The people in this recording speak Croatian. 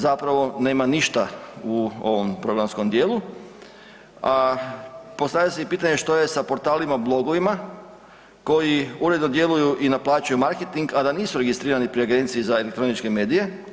Zapravo nema ništa u ovom programskom dijelu a postavlja se pitanje što je sa portalima, blogovima koji uredno djeluju i naplaćuju marketing a da nisu registrirani pri Agenciji za elektroničke medije.